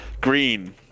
Green